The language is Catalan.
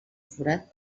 forat